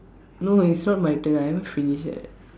no it's not my turn I haven't finish yet